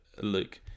Luke